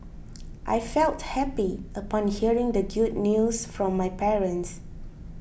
I felt happy upon hearing the good news from my parents